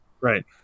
Right